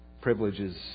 privileges